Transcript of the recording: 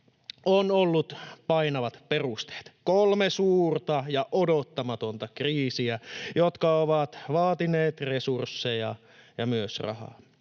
on ollut painavat perusteet: kolme suurta ja odottamatonta kriisiä, jotka ovat vaatineet resursseja ja myös rahaa.